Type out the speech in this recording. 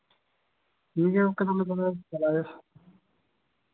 ᱴᱷᱤᱠ ᱜᱮᱭᱟ ᱛᱟᱦᱚᱞᱮ ᱜᱚᱢᱠᱮ ᱪᱟᱞᱟᱜ ᱦᱩᱭᱩᱜᱼᱟ